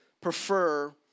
prefer